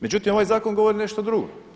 Međutim, ovaj zakon govori nešto drugo.